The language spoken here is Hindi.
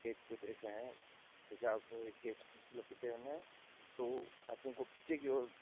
एक तो देश हैं जैसा आपको इसके होना है तो हाथो को पीछे की और